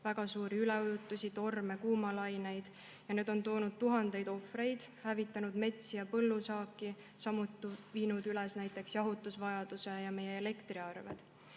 väga suuri üleujutusi, torme, kuumalaineid. Need on toonud tuhandeid ohvreid, hävitanud metsi ja põllusaaki, samuti suurendanud näiteks jahutusvajadust ja meie elektriarveid.